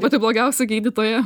pati blogiausia gydytoja